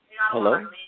Hello